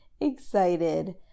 excited